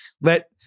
let